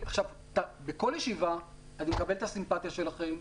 בכל ישיבה אני מקבל את הסימפטיה שלכם.